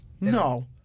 No